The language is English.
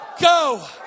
Go